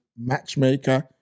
Matchmaker